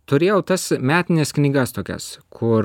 turėjau tas metines knygas tokias kur